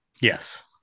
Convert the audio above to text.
Yes